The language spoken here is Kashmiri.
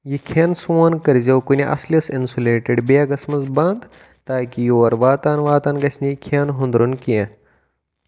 یہِ کھؠن سوٗن کٔرزؠو کُنِہ اَصلِس اِنسُلیٹِڈ بیگَس منٛز بنٛد تاکِہ یور واتان واتان گژھہِ نہٕ یہِ کھؠن ہُنٛدرُن کینٛہہ